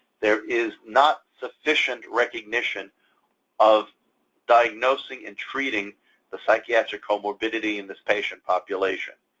there is not sufficient recognition of diagnosing and treating the psychiatric comorbidity in this patient population.